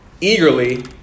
eagerly